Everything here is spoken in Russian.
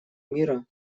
мира